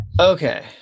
okay